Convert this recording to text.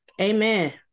amen